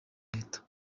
leta